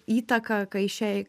įtaka kai šiai